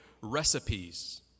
recipes